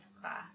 Class